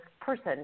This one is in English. person